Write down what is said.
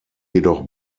jedoch